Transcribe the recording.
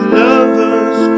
lovers